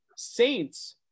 Saints